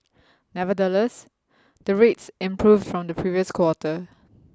nevertheless the rates improved from the previous quarter